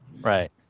Right